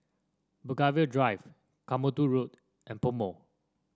Belgravia Drive Katmandu Road and PoMo